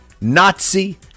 Nazi